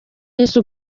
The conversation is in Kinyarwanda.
yesu